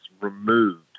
removed